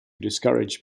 discourage